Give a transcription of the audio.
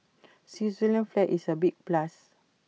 Switzerland's flag is A big plus